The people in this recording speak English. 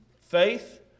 Faith